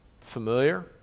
familiar